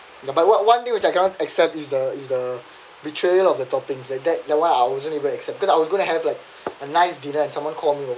ya but one one thing which I can't accept is the is the betrayal of the toppings like that I wasn't wasn't even accept cause I was going to have like a nice dinner and someone call me